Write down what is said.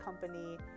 company